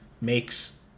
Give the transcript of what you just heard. makes